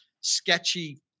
sketchy